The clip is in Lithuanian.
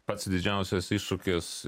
pats didžiausias iššūkis